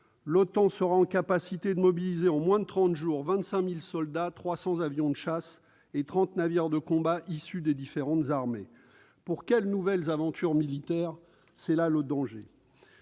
l'OTAN serait en capacité de mobiliser, en moins de trente jours, 25 000 soldats, 300 avions de chasse et 30 navires de combat issus des différentes armées. Mais pour quelles nouvelles aventures militaires ? Là est le danger.